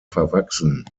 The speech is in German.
verwachsen